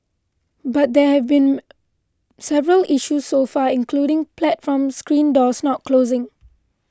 but there have been several issues so far including platform screen doors not closing